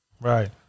Right